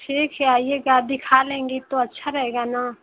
ठीक हे आइएगा आप दिखा लेंगी तो अच्छा रहेगा न